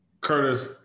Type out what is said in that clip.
Curtis